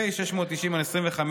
פ/690/25,